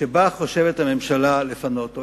שבה חושבת הממשלה לפנות.